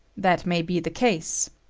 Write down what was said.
that may be the case.